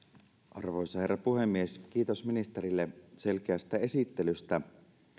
arvoisa herra puhemies kiitos ministerille selkeästä esittelystä